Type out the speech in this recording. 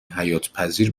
حیاتپذیر